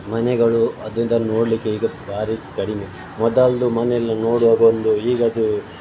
ಮನೆಗಳು ಅದನ್ನು ನೋಡ್ಲಿಕ್ಕೆ ಈಗ ಭಾರಿ ಕಡಿಮೆ ಮೊದಲಿಂದು ಮನೆಯೆಲ್ಲ ನೋಡುವಾಗ ಒಂದು ಈಗಿಂದು